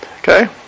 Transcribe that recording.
okay